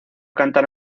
cantar